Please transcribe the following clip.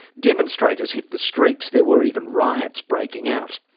demonstrators hit the streets there were even riots breaking out.